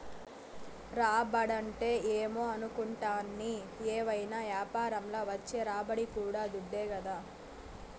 రాబడంటే ఏమో అనుకుంటాని, ఏవైనా యాపారంల వచ్చే రాబడి కూడా దుడ్డే కదా